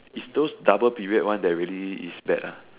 it's those double period one that really is bad ah